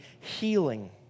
healing